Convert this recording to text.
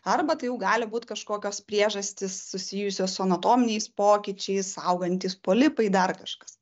arba tai jau gali būt kažkokios priežastys susijusios su anatominiais pokyčiais augantys polipai dar kažkas